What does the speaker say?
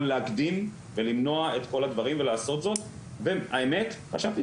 להקדים ולמנוע את כל הדברים ולעשות זאת והאמת חשבתי